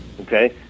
okay